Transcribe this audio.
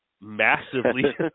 Massively